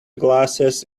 glasses